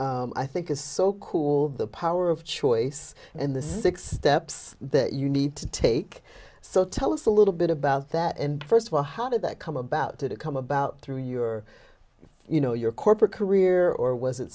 which i think is so cool the power of choice and the six steps that you need to take so tell us a little bit about that and first of all how did that come about did it come about through your you know your corporate career or was it